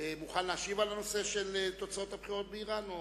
מוכן להשיב על הנושא: תוצאות הבחירות באירן?